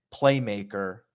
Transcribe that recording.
playmaker